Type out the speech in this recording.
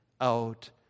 out